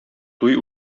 туй